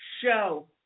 show